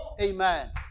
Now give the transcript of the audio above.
Amen